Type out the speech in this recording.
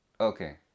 Okay